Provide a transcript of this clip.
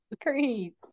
Great